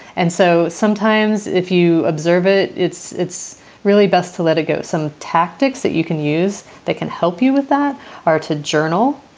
and so sometimes if you observe it, it's it's really best to let it go. some tactics that you can use that can help you with that are to journal.